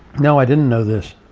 no, i didn't know this!